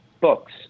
books